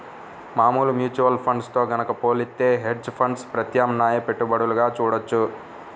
మామూలు mutual funds తో గనక పోలిత్తే హెడ్జ్ ఫండ్స్ ప్రత్యామ్నాయ పెట్టుబడులుగా చూడొచ్చు